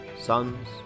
sons